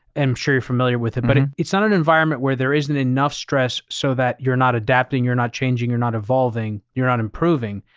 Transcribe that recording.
i'm sure you're familiar with it, but it's not an environment where there isn't enough stress so that you're not adapting, you're not changing, you're not evolving, you're not improving,